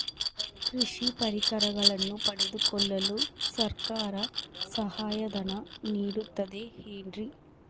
ಕೃಷಿ ಪರಿಕರಗಳನ್ನು ಪಡೆದುಕೊಳ್ಳಲು ಸರ್ಕಾರ ಸಹಾಯಧನ ನೇಡುತ್ತದೆ ಏನ್ರಿ?